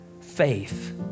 faith